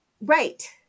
Right